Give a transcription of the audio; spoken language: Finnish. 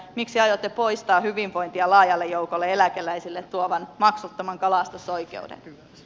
miksi aiotte poistaa hyvinvointia laajalle joukolle eläkeläisiä tuovan maksuttoman kalastusoikeuden